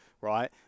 right